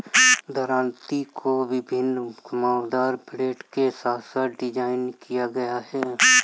दरांती को विभिन्न घुमावदार ब्लेड के साथ डिज़ाइन किया गया है